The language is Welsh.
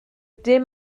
dim